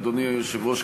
אדוני היושב-ראש,